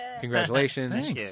Congratulations